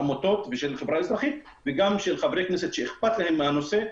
עמותות והחברה האזרחית וגם של חברי כנסת שאכפת להם מהנושא,